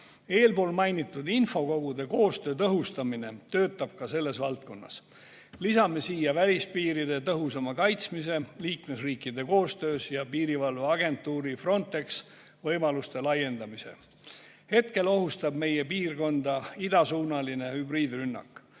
Eespool mainitud infokogude koostöö tõhustamine töötab ka selles valdkonnas. Lisame siia välispiiride tõhusama kaitsmise liikmesriikide koostöös ja piirivalveagentuuri Frontex võimaluste laiendamise. Hetkel ohustab meie piirkonda idasuunaline hübriidrünnak.